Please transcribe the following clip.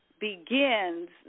begins